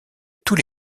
tous